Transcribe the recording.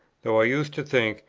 though i used to think,